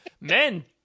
men